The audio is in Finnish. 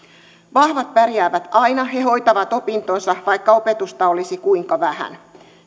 vahvat pärjäävät aina he hoitavat opintonsa vaikka opetusta olisi kuinka vähän